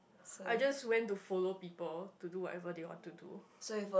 I just went to follow people to do whatever they want to do